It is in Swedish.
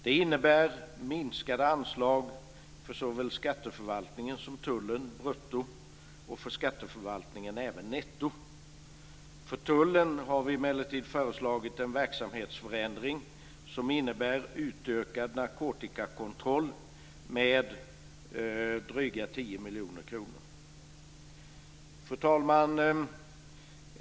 Det innebär minskade anslag för såväl skatteförvaltningen som tullen brutto och för skatteförvaltningen även netto. För tullen har vi emellertid föreslagit en verksamhetsförändring som innebär utökad narkotikakontroll med drygt 10 miljoner kronor. Fru talman!